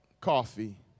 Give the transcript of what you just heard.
coffee